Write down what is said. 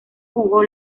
jugó